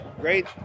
great